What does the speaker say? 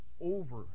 over